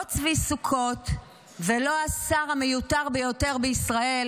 לא צבי סוכות ולא השר המיותר ביותר בישראל,